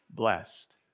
blessed